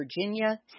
Virginia